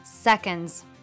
seconds